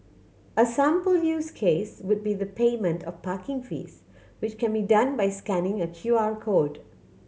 a sample use case would be the payment of parking fees which can be done by scanning a Q R code